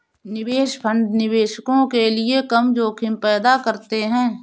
निवेश फंड निवेशकों के लिए कम जोखिम पैदा करते हैं